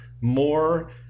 more